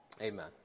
Amen